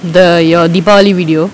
the your deepavali video